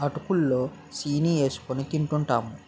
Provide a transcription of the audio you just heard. అటుకులు లో సీని ఏసుకొని తింటూంటాము